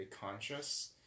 conscious